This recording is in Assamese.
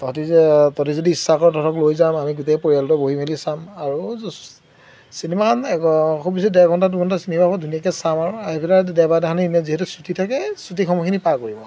তহঁতি তহঁতি যদি ইচ্ছা কৰ তহঁতক লৈ যাম আমি গোটেই পৰিয়ালটো বহি মেলি চাম আৰু যদি চিনেমাখন খুব বেছি ডেৰঘণ্টা দুইঘণ্টাৰ চিনেমা হ'ব ধুনীয়াকৈ চাম আৰু আহি পেলাই দেওবাৰদিনাখনি এনেই যিহেতু ছুটী থাকে ছুটীৰ সময়খিনি পাৰ কৰিম আৰু